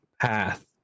path